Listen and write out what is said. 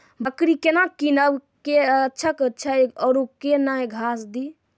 बकरी केना कीनब केअचछ छ औरू के न घास दी?